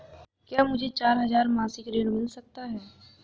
क्या मुझे चार हजार मासिक ऋण मिल सकता है?